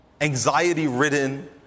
anxiety-ridden